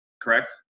correct